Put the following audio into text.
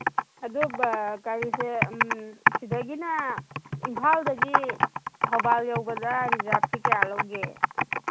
ꯑꯗꯨ ꯒꯥꯔꯤꯁꯦ ꯁꯤꯗꯒꯤꯅ ꯏꯝꯐꯥꯜꯗꯒꯤ ꯊꯧꯕꯥꯜ ꯌꯧꯕꯗ ꯔꯤꯖꯥꯞꯁꯤ ꯀꯌꯥ ꯂꯧꯒꯦ